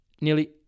nearly